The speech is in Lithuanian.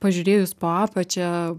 pažiūrėjus po apačia